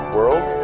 World